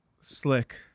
slick